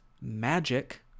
magic